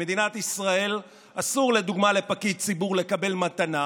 במדינת ישראל אסור לדוגמה לפקיד ציבור לקבל מתנה,